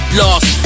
lost